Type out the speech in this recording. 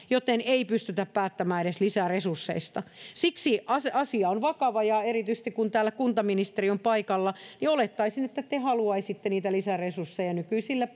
joten ei pystytä päättämään edes lisäresursseista siksi asia on vakava ja erityisesti kun täällä kuntaministeri on paikalla olettaisin että te haluaisitte niitä lisäresursseja nykyisille